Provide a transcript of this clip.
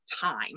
time